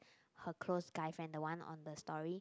her close guy friend the one on the story